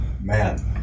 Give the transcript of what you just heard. man